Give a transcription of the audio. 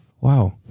wow